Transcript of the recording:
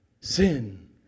Sin